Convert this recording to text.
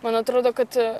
man atrodo kad